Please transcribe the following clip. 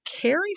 carry